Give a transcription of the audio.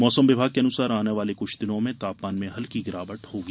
मौसम विभाग के अनुसार आने वाले कुछ दिनों में तापमान में हल्कि गिरावट शुरू होगी